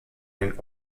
den